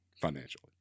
Financially